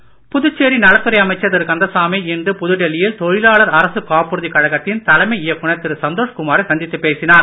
கந்தசாமி புதுச்சேரி நலத்துறை அமைச்சர் திரு கந்தசாமி இன்று புதுடெல்லியில் தொழிலாளர் அரசுக் காப்புறுதிக் கழகத்தின் தலைமை இயக்குனர் திரு சந்தோஷ் குமாரை சந்தித்துப் பேசினார்